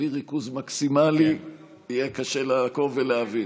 בלי ריכוז מקסימלי יהיה קשה לעקוב ולהבין.